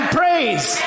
praise